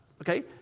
Okay